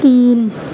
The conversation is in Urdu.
تین